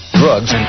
drugs